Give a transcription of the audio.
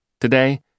Today